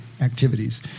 activities